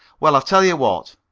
well, i tell you what